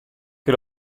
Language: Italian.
che